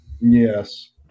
Yes